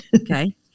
Okay